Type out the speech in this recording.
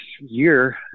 year